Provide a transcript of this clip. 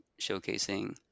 showcasing